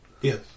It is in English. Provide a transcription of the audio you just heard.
Yes